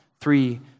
three